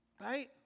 right